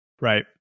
Right